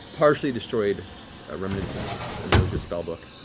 partially destroyed remnants of ah noja's spellbook.